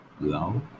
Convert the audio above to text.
love